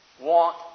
want